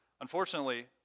Unfortunately